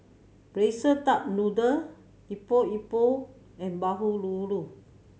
Braised Duck Noodle Epok Epok and bahulu